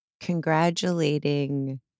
congratulating